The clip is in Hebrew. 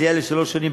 כליאה לשלוש שנים,